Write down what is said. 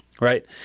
right